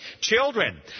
children